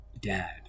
Dad